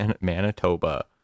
manitoba